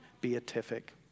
beatific